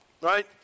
right